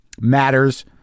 matters